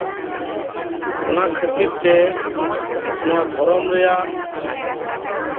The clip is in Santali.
ᱚᱱᱟ ᱠᱷᱟᱹᱛᱤᱨᱛᱮ ᱱᱚᱣᱟ ᱫᱷᱚᱨᱚᱢ ᱨᱮᱭᱟᱜ